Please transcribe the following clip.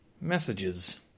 messages